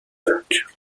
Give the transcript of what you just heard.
peintures